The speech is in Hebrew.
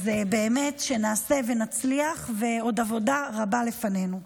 אז באמת, שנעשה ונצליח, ועוד עבודה רבה לפנינו.